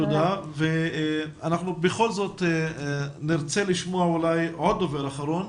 אנחנו בכל זאת נרצה לשמוע עוד דובר אחרון.